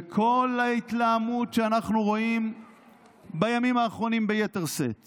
וכל ההתלהמות שאנחנו רואים בימים האחרונים ביתר שאת